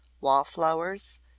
wallflowers